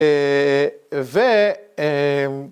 ‫ו...